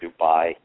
Dubai